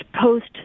post